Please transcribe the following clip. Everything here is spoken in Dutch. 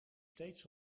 steeds